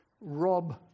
rob